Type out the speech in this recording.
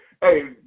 Hey